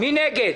מי נגד?